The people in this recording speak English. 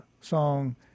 song